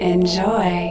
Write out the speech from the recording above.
Enjoy